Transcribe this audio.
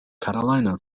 carolina